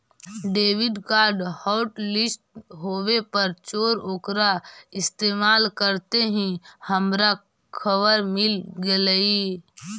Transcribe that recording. debit card hotlist होवे पर चोर ओकरा इस्तेमाल करते ही हमारा खबर मिल गेलई